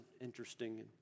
interesting